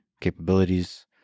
capabilities